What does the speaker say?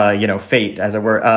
ah you know, fate, as it were,